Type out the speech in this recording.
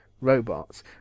robots